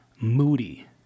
moody